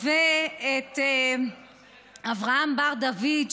ואת אברהם בר-דוד,